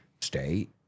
State